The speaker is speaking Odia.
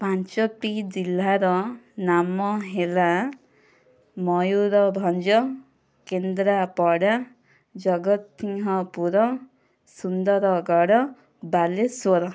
ପାଞ୍ଚଟି ଜିଲ୍ଲାର ନାମ ହେଲା ମୟୂରଭଞ୍ଜ କେନ୍ଦ୍ରାପଡ଼ା ଜଗତସିଂହପୁର ସୁନ୍ଦରଗଡ଼ ବାଲେଶ୍ଵର